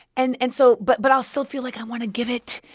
and and so but but i'll still feel like i want to give it.